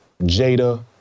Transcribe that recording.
Jada